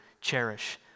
cherish